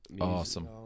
awesome